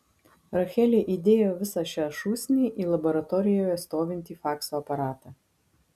rachelė įdėjo visą šią šūsnį į laboratorijoje stovintį fakso aparatą